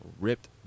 Ripped